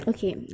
Okay